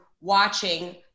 watching